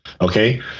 Okay